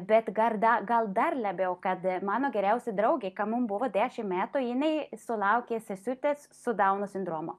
bet gar da gal dar labiau kad mano geriausia draugė ka mum buvo dešimt metų jinai sulaukė sesutės su dauno sindromo